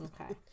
Okay